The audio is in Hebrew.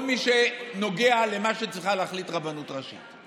כל מי שנוגע למה שצריכה להחליט רבנות ראשית.